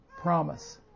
promise